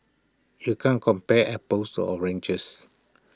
you can't compare apples to oranges